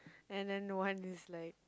and then one is like